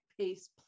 pace